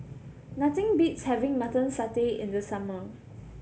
nothing beats having Mutton Satay in the summer